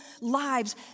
lives